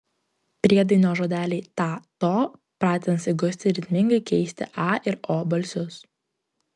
priedainio žodeliai ta to pratins įgusti ritmingai keisti a ir o balsius